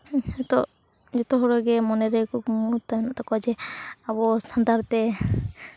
ᱱᱤᱛᱳᱜ ᱡᱚᱛᱚᱦᱚᱲᱜᱮ ᱢᱚᱱᱮᱨᱮ ᱠᱩᱠᱢᱩ ᱢᱮᱱᱟᱜ ᱛᱟᱠᱚᱣᱟ ᱡᱮ ᱟᱵᱚ ᱥᱟᱱᱛᱟᱲ ᱛᱮ